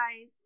guys